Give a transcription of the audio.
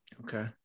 Okay